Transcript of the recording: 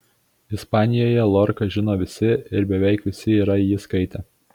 ispanijoje lorką žino visi ir beveik visi yra jį skaitę